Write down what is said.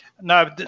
No